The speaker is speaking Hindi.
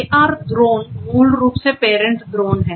AR ड्रोन मूल रूप से parent ड्रोन हैं